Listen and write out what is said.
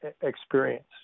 experience